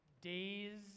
days